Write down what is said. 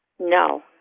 No